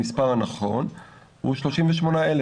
המספר הנכון הוא 38,000